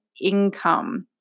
income